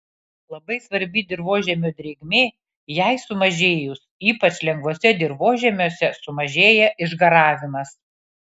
labai svarbi dirvožemio drėgmė jai sumažėjus ypač lengvuose dirvožemiuose sumažėja išgaravimas